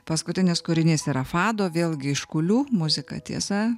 paskutinis kūrinys yra fado vėlgi iš kulių muzika tiesa